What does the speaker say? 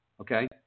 okay